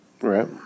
Right